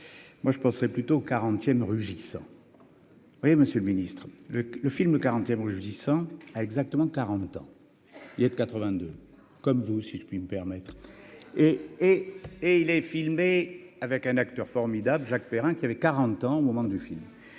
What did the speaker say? moi je pensais plutôt 40ème rugissants oui, Monsieur le Ministre le le film le 40ème Rugissants ah exactement 40 ans, il y a 2 82 comme vous, si je puis me permettre et et et il est filmé avec un acteur formidable Jacques Perrin, qui avait 40 ans au moment du film